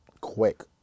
quick